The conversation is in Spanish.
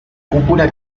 cúpula